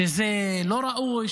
שזה לא ראוי,